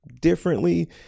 differently